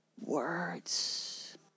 words